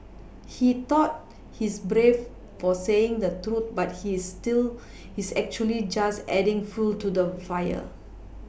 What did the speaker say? he thought he's brave for saying the truth but he's he's actually just adding fuel to the fire